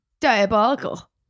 diabolical